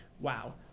wow